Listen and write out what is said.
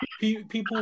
people